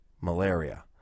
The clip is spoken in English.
malaria